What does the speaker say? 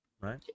right